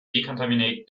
decontaminate